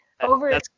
over